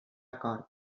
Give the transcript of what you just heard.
acord